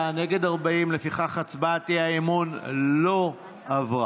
בעד, 33, נגד, 40, לפיכך הצעת האי-אמון לא עברה.